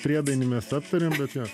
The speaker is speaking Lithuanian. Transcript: priedainį mes aptarėm bet jo